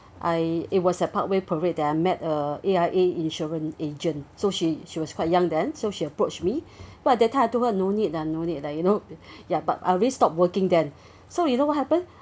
I it was at parkway parade there I met a A_I_A insurance agent so she she was quite young then so she approached me but that time I told her no need lah no need like you know ya but uh I really stopped working then so you know what happen